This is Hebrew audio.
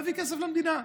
הוא להביא כסף למדינה.